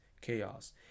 chaos